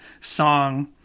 song